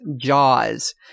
Jaws